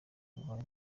buhari